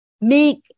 make